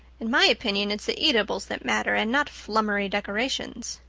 in my opinion it's the eatables that matter and not flummery decorations.